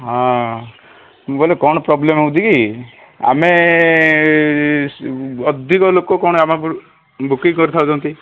ହଁ ବୋଇଲେ କ'ଣ ପ୍ରୋବ୍ଲେମ୍ ହେଉଛି କି ଆମେ ଅଧିକ ଲୋକ କ'ଣ ବୁକିଂ କରିଥାଉଛନ୍ତି